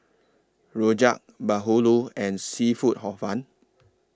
Rojak Bahulu and Seafood Hor Fun